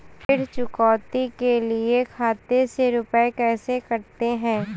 ऋण चुकौती के लिए खाते से रुपये कैसे कटते हैं?